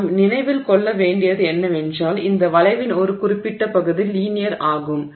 நாம் நினைவில் கொள்ள வேண்டியது என்னவென்றால் இந்த வளைவின் ஒரு குறிப்பிட்ட பகுதி லீனியர் ஆகும்